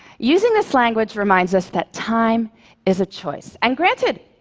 using this language reminds us that time is a choice. and granted,